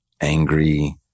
angry